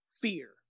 fear